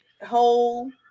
whole